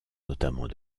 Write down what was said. notamment